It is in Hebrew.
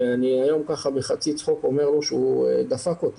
זה חיילים וזה אנשים שבעצם מתמכרים בשנייה.